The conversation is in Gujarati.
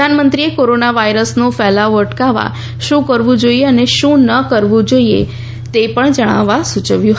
પ્રધાનમંત્રીએ કોરોના વાયરસનો કેલાવો અટકાવવા શું કરવુ જોઇએ અને શું ન કરવુ જોઇએ તે પણ જણાવવા સુચવ્યું હતું